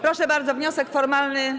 Proszę bardzo, wniosek formalny.